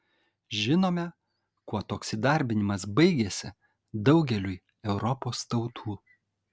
žinome kuo toks įdarbinimas baigėsi daugeliui europos tautų